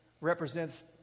represents